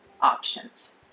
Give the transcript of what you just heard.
options